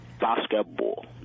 basketball